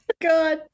God